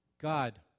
God